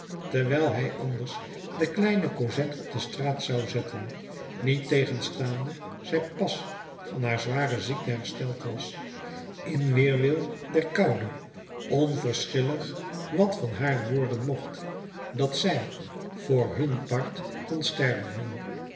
terwijl hij anders de kleine cosette op de straat zou zetten niettegenstaande zij pas van haar zware ziekte hersteld was in weerwil der koude onverschillig wat van haar worden mocht dat zij voor hun part kon sterven